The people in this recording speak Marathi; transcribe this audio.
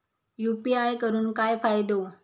यू.पी.आय करून काय फायदो?